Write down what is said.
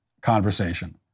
conversation